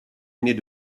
need